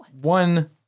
one